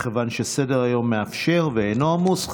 מכיוון שסדר-היום מאפשר ואינו עמוס,